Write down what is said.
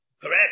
Correct